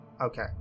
Okay